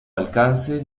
alcance